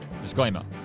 Disclaimer